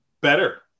Better